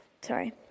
Sorry